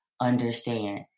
understand